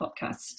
podcast